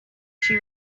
she